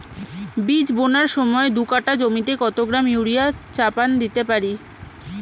বীজ বোনার সময় দু কাঠা জমিতে কত গ্রাম ইউরিয়া চাপান দিতে পারি?